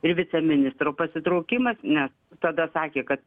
ir viceministro pasitraukimas nes tada sakė kad